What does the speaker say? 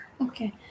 Okay